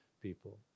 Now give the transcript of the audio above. people